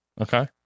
Okay